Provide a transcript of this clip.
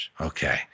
Okay